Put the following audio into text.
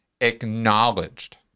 acknowledged